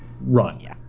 run